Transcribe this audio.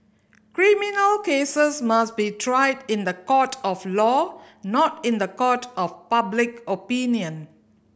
criminal cases must be tried in the court of law not in the court of public opinion